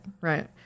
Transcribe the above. Right